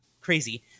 crazy